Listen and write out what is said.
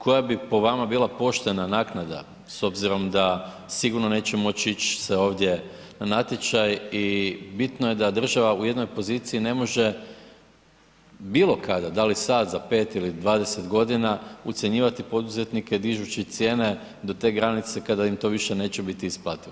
Koja bi po vama bila poštena naknada s obzirom da sigurno neće moći ići se ovdje na natječaj i bitno je da država u jednoj poziciji ne može bilo kada, da li sad za 5 ili 20 godina ucjenjivati poduzetnike dižući cijene do te granice kada im to više neće biti isplativo.